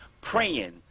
Praying